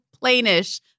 plainish